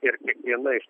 ir viena iš